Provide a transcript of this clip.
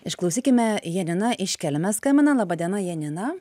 išklausykime janina iš kelmės skambina laba diena janina